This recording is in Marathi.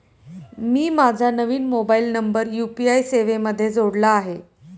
मी माझा नवीन मोबाइल नंबर यू.पी.आय सेवेमध्ये जोडला आहे